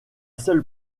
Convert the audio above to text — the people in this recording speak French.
seule